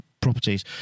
properties